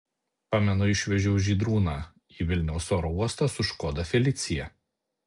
pamenu išvežiau žydrūną į vilniaus oro uostą su škoda felicia